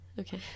Okay